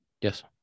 Yes